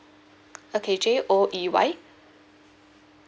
okay J O E Y